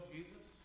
Jesus